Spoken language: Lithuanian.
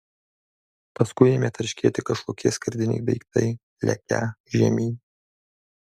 paskui ėmė tarškėti kažkokie skardiniai daiktai lekią žemyn